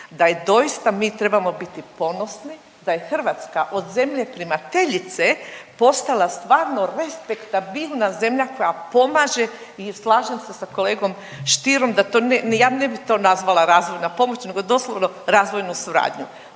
da je doista mi trebamo biti ponosni da je Hrvatska od zemlje primateljice postala stvarno respektabilna zemlja koja pomaže i slažem se s kolegom Stierom ja ne bi to nazvala razvojna pomoć nego doslovno razvojnu suradnju.